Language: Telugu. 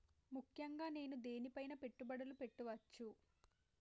ముఖ్యంగా నేను దేని పైనా పెట్టుబడులు పెట్టవచ్చు?